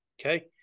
Okay